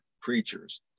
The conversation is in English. creatures